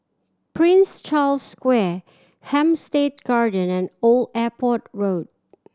Prince Charles Square Hampstead Garden and Old Airport Road